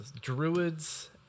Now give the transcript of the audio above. Druids